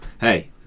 hey